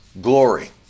glory